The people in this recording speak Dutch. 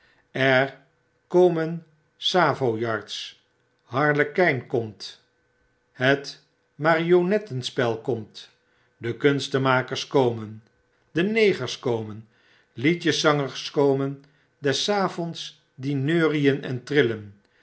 er komen savoyards harlekijn komt het marionettenspel komt de kunstemakers komen de negers komen liedjeszangers komen des avonds die neurien en